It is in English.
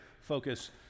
focus